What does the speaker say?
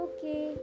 Okay